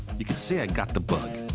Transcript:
you could say i got the bug.